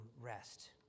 rest